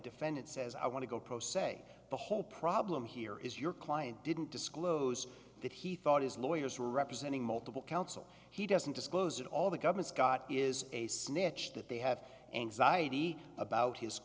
defendant says i want to go pro se the whole problem here is your client didn't disclose that he thought his lawyers representing multiple counsel he doesn't disclose it all the government's got is a snitch that they have anxiety about his